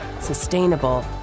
sustainable